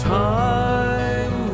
time